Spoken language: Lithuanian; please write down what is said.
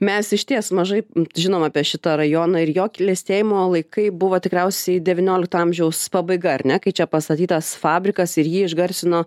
mes išties mažai žinom apie šitą rajoną ir jo klestėjimo laikai buvo tikriausiai devyniolikto amžiaus pabaiga ar ne kai čia pastatytas fabrikas ir jį išgarsino